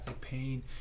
pain